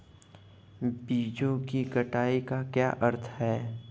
बीजों की कटाई का क्या अर्थ है?